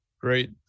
Great